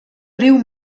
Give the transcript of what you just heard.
riu